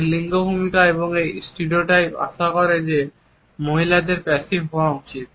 এই লিঙ্গ ভূমিকা এবং এই স্টেরিওটাইপগুলি আশা করে যে মহিলাদের প্যাসিভ হওয়া উচিত